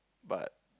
but